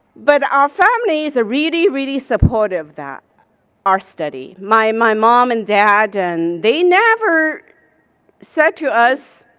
but our family's really, really supportive that our study. my my mom and dad, and they never said to us,